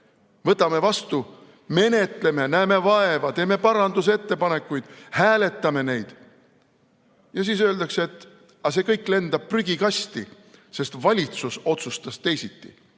Võtame vastu, menetleme, näeme vaeva, teeme parandusettepanekuid, hääletame neid, ja siis öeldakse, et see kõik lendab prügikasti, sest valitsus otsustas teisiti.